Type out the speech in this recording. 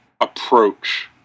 approach